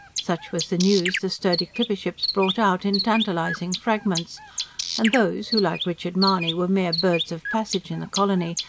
such was the news the sturdy clipper-ships brought out, in tantalising fragments and those who, like richard mahony, were mere birds-of-passage in the colony,